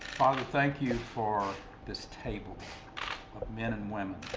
father, thank you for this table of men and women,